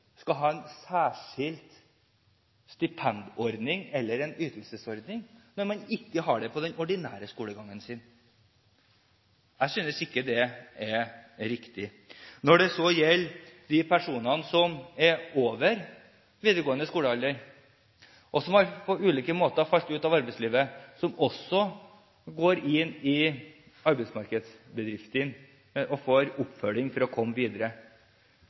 skal ha en særskilt stipendordning, eller en ytelsesordning, når han ikke har det i den ordinære skolegangen sin? Jeg synes ikke det er riktig. Når det gjelder de personene som er over videregående skole-alder, og som på ulike måter har falt ut av arbeidslivet, som også går inn i arbeidsmarkedsbedriftene og får oppfølging for å komme videre: